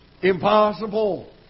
Impossible